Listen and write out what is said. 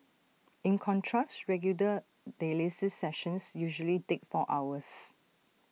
in contrast regular dialysis sessions usually take four hours